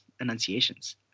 enunciations